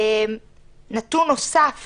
נתון נוסף